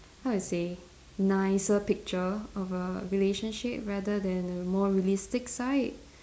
how to say nicer picture of a relationship rather than a more realistic side